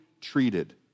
treated